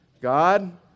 God